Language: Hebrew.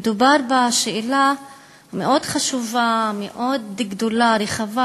מדובר בשאלה מאוד חשובה, מאוד גדולה, רחבה,